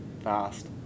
fast